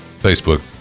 Facebook